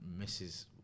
Mrs